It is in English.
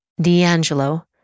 D'Angelo